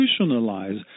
institutionalize